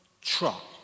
truck